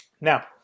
Now